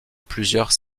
plusieurs